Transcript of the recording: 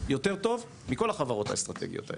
יותר טוב מכל החברות האסטרטגיות האלה,